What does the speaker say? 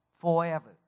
forever